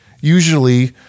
Usually